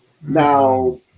Now